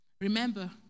Remember